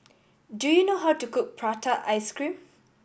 do you know how to cook prata ice cream